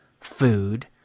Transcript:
food